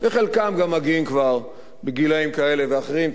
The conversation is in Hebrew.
וחלקם גם מגיעים כבר בגילים כאלה ואחרים,